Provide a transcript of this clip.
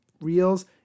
reels